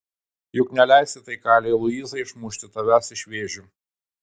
juk neleisi tai kalei luizai išmušti tavęs iš vėžių